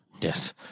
Yes